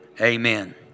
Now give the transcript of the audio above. Amen